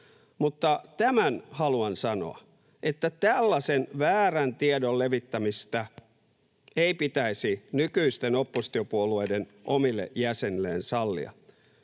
Mutta tämän haluan sanoa, että tällaisen väärän tiedon levittämistä ei pitäisi nykyisten oppositiopuolueiden omille jäsenilleen sallia.